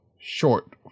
short